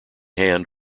hand